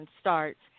starts